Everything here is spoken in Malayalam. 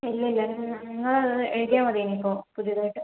ഇല്ല ഇല്ല നിങ്ങൾ അതെഴുതിയാൽ മതി ഇനിയിപ്പോൾ പുതിയതായിട്ട്